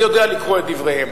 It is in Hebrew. אני יודע לקרוא את דבריהם.